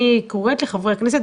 אני קוראת לחברי הכנסת,